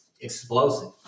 Explosive